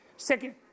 Second